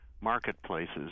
marketplaces